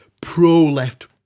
pro-left